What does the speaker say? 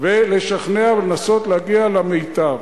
ולשכנע ולנסות להגיע למיטב.